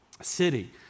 city